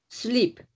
sleep